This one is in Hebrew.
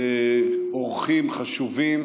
אורחים חשובים,